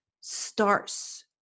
starts